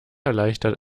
erleichtert